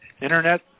Internet